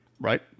right